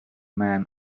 man